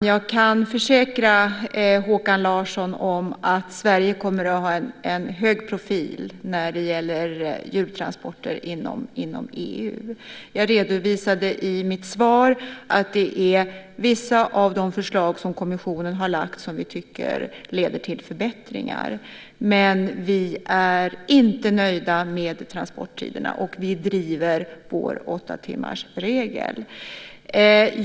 Fru talman! Jag kan försäkra Håkan Larsson att Sverige kommer att ha en hög profil när det gäller djurtransporter inom EU. Jag redovisade i mitt svar att det finns vissa förslag som kommissionen har lagt fram som vi tycker leder till förbättringar. Men vi är inte nöjda med transporttiderna, och vi driver vår åttatimmarsregel.